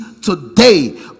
today